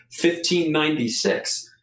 1596